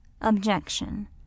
OBJECTION